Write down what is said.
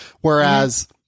Whereas